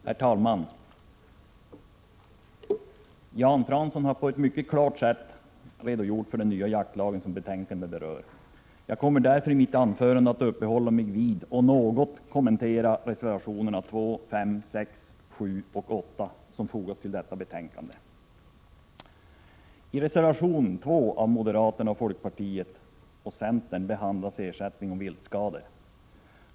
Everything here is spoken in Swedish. Herr talman! Jan Fransson har på ett mycket klart sätt redogjort för den nya jaktlag som betänkandet berör. Jag kommer därför i mitt anförande att uppehålla mig vid och något kommentera reservationerna 2, 5,6, 7 och 8 som fogats till detta betänkande. I reservation 2 av moderaterna, folkpartiet och centern behandlas ersättning för viltskador.